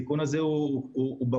הסיכון הזה הוא ברור.